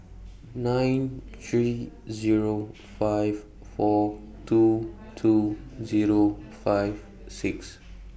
nine three Zero five four two two Zero five six